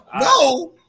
No